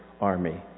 army